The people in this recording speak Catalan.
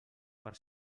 per